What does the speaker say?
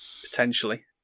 Potentially